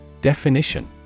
Definition